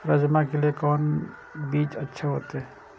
राजमा के लिए कोन बीज अच्छा होते?